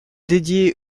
dédiée